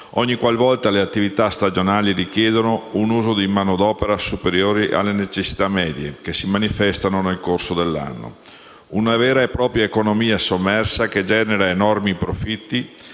ogni qualvolta le attività stagionali richiedono un uso di manodopera superiore alle necessità medie che si manifestano nel corso dell'anno. Si tratta di una vera e propria economia sommersa che genera enormi profitti,